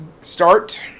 start